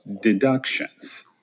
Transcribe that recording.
deductions